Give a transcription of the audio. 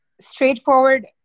straightforward